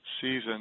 season